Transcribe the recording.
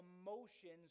emotions